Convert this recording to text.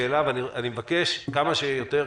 לזה - את הנקודה שהעליתי בנאום שלי בכנסת,